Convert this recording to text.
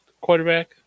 quarterback